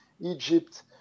Egypt